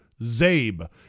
ZABE